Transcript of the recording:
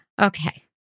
Okay